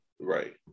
Right